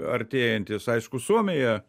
artėjantys aišku suomija